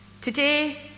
Today